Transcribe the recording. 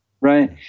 Right